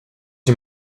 you